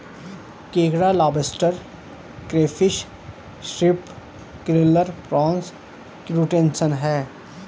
केकड़ा lobster crayfish shrimp krill prawns crustacean है